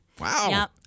Wow